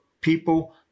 people